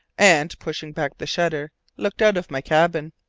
and, pushing back the shutter, looked out of my cabin.